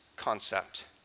concept